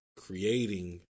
creating